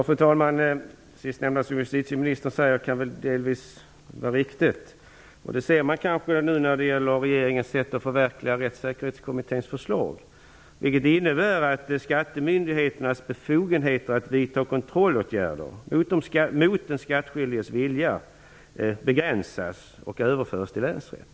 Fru talman! Det av justitieministern sist nämnda kan väl delvis vara riktigt. Det ser man nu när det gäller regeringens sätt att förverkliga Rättssäkerhetskommitténs förslag, vilket innebär att skattemyndigheternas befogenheter att vidta kontrollåtgärder mot den skattskyldiges vilja begränsas och överförs till länsrätt.